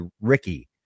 Ricky